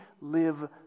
live